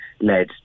led